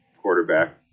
quarterback